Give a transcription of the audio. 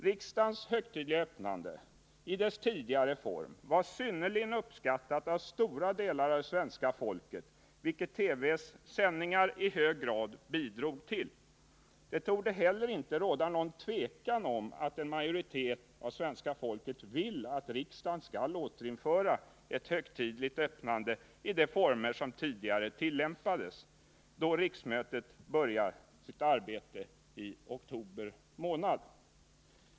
Riksdagens högtidliga öppnande i dess tidigare form var synnerligen uppskattat av stora delar av svenska folket, vilket TV:s sändningar i hög grad bidrog till. Det torde heller inte råda något tvivel om att en majoritet av svenska folket vill att riksdagen skall återinföra ett högtidligt öppnande i de former som tidigare tillämpades, då riksmötet börjar sitt arbete i oktober månad.